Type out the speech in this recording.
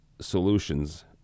solutions